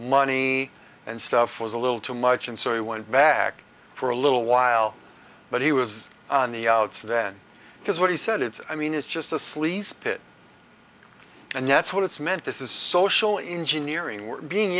money and stuff was a little too much and so he went back for a little while but he was on the outs then because what he said it's i mean it's just a sleaze pit and that's what it's meant this is social engineering we're being